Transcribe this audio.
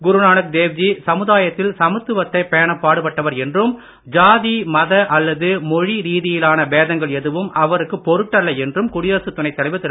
குருநானக் தேவ்ஜி சமுதாயத்தில் சமத்துவத்தை பேண பாடுபட்டவர் என்றும் ஜாதி மத அல்லது மொழி ரீதியிலான பேதங்கள் எதுவும் அவருக்கு பொருட்டல்ல என்றும் குடியரசுத் துணைத் தலைவர் திரு